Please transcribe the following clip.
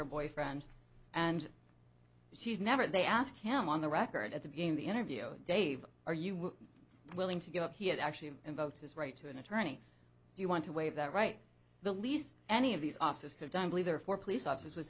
her boyfriend and she's never they ask him on the record at the beginning the interview dave are you willing to give up he had actually invoked his right to an attorney do you want to waive that right the least any of these officers have time to be there for police officers w